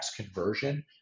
conversion